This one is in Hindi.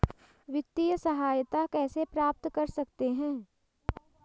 वित्तिय सहायता कैसे प्राप्त कर सकते हैं?